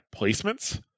placements